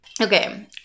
Okay